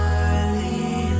early